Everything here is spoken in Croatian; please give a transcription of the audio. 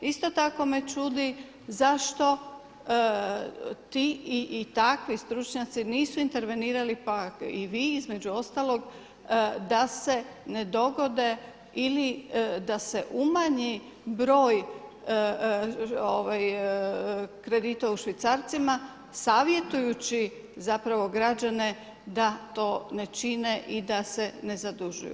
Isto tako me čudi zašto ti i takvi stručnjaci nisu intervenirali, pa i vi između ostalog, da se ne dogodi ili da se umanji broj kredita u švicarcima savjetujući građane da to ne čine i da se ne zadužuju.